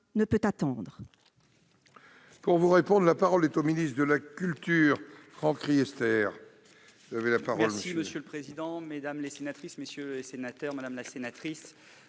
ne peut attendre